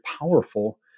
powerful